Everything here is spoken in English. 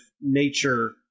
nature